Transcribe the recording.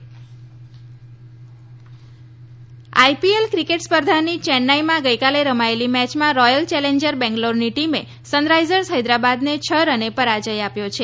IPL IPL cricket સ્પર્ધાની ચેન્નાઈમાં ગઈકાલે રમાયેલી મેચમાં રોયલ ચેલેન્જર બેંગલોર ટીમે સનરાઇઝર્સ હૈદરાબાદને છ રને પરાજ્ય આપ્યો છે